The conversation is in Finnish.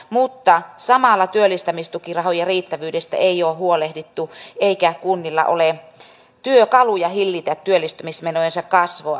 mutta samalla työllistämistukirahojen riittävyydestä ei ole huolehdittu eikä kunnilla ole työkaluja hillitä työllistymismenojensa kasvua